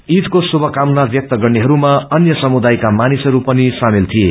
ईदको शुमकामना ब्यक्त गर्नेहरूमा अन्य समुदायका मानिसहरू पनि सामेल थिए